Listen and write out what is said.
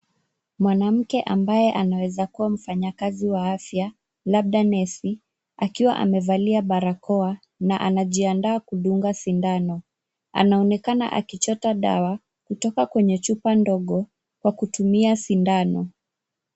Mwanamke ambaye anaweza kuwa mfanyakazi wa afya, labda nesi, akiwa amevalia barakoa, na anajiandaa kudunga sindano, na anaonekana akichota dawa, kutoka kwenye chupa ndogo, kwa kutumia sindano.